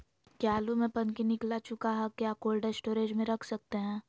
क्या आलु में पनकी निकला चुका हा क्या कोल्ड स्टोरेज में रख सकते हैं?